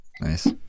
nice